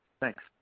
Thanks